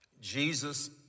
Jesus